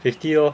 fifty lor